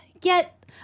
Get